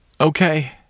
Okay